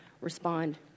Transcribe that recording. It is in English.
respond